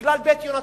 בגלל "בית יהונתן".